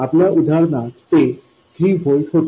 आपल्या उदाहरणात ते 3 व्होल्ट होते